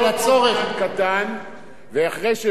ואחרי שלא היתה לך אמירה חיובית על המשטר באירן,